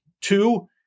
two